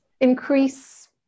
increase